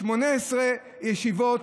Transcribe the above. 18 ישיבות,